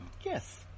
Yes